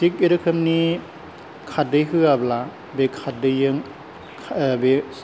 थिग रोखोमनि खारदै होवाब्ला बे खारदैजों बे